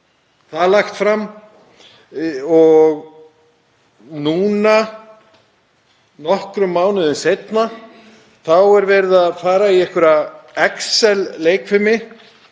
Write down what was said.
það lagt fram og núna, nokkrum mánuðum seinna, er verið að fara í einhverja excel-leikfimi